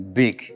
big